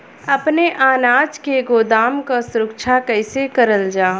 अपने अनाज के गोदाम क सुरक्षा कइसे करल जा?